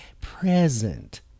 present